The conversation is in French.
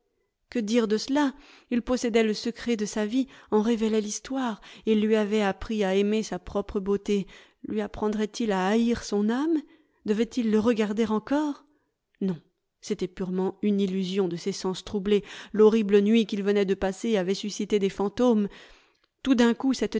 que dire de cela il possédait le secret de sa vie en révélait l'histoire il lui avait appris à aimer sa propre beauté lui apprendrait il à haïr son âme devait-il le regarder encore non c'était purement une illusion de ses sens troublés l'horrible nuit qu'il venait de passer avait suscité des fantômes tout d'un coup cette